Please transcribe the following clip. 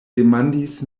demandis